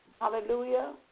Hallelujah